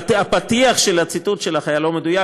הפתיח של הציטוט שלך היה לא מדויק.